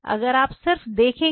अगर आप सिर्फ देखेंगे